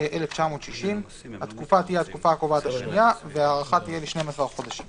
1960 התקופה הקובעת השנייה 12 חודשים